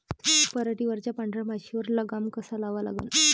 पराटीवरच्या पांढऱ्या माशीवर लगाम कसा लावा लागन?